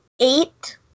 eight